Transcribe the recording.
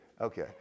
Okay